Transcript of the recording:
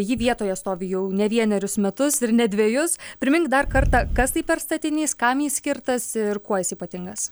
ji vietoje stovi jau ne vienerius metus ir ne dvejus primink dar kartą kas tai per statinys kam jis skirtas ir kuo jis ypatingas